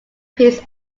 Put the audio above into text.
piece